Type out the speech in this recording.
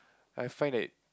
I find that